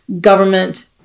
government